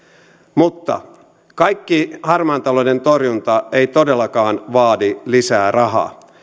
mutta kaikki harmaan talouden torjunta ei todellakaan vaadi lisää rahaa